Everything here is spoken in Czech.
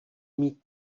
mít